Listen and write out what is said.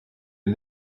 est